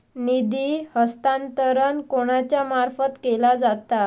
निधी हस्तांतरण कोणाच्या मार्फत केला जाता?